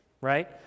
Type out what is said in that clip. right